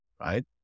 right